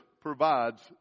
provides